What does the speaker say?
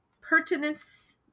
pertinence